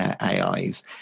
ais